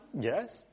Yes